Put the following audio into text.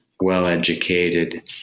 well-educated